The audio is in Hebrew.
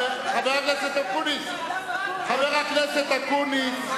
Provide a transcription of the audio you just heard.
חבר הכנסת אקוניס,